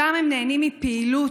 ושם הם נהנים מפעילות,